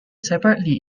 separately